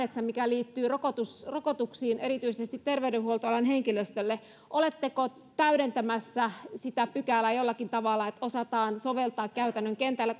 neljännestäkymmenennestäkahdeksannesta pykälästä mikä liittyy rokotuksiin rokotuksiin erityisesti terveydenhuoltoalan henkilöstölle oletteko täydentämässä sitä pykälää jollakin tavalla että sitä osataan soveltaa käytännön kentällä